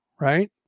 right